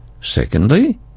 Secondly